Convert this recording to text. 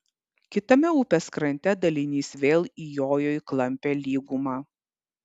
kitame upės krante dalinys vėl įjojo į klampią lygumą